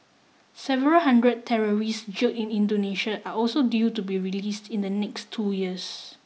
several hundred terrorists jailed in Indonesia are also due to be released in the next two years